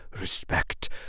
respect